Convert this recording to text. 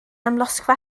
amlosgfa